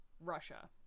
Russia